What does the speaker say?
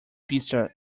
pizza